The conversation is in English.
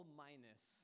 minus